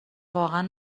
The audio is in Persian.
واقعا